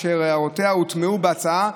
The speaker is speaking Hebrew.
אשר הערותיה הוטמעו בהצעה,